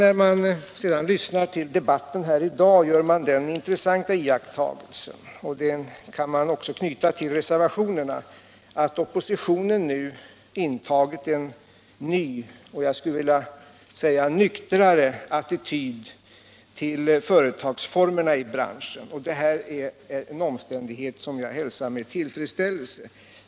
När man sedan lyssnar till debatten här i dag gör man den intressanta iakttagelsen — och den kan man också knyta till reservationerna — att oppositionen nu intagit en ny och jag skulle vilja säga nyktrare attityd till företagsformerna i branschen. Det är en omständighet som jag hälsar med tillfredsställelse.